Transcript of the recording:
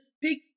big